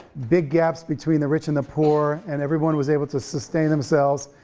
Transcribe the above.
big gaps between the rich and the poor and everyone was able to sustain themselves,